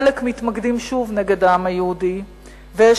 חלק מתמקדים שוב נגד העם היהודי ויש